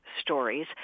stories